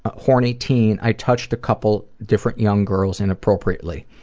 ah horny teen, i touched a couple different young girls inappropriately,